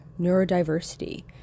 neurodiversity